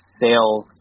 sales